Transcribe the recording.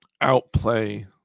outplay